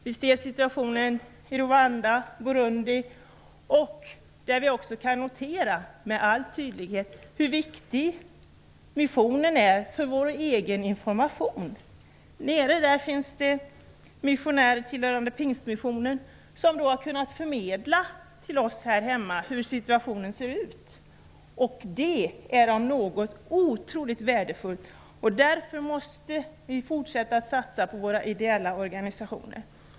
Vi ser situationen i Rwanda och Burundi, där vi också kan notera med all tydlighet hur viktig missionen är för vår egen information. Där finns det missionärer tillhörande pingstmissionen som har kunnat förmedla till oss här hemma hur situationen ser ut och det är om något otroligt värdefullt. Därför måste vi fortsätta att satsa på våra ideella organisationer.